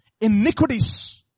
Iniquities